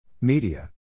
Media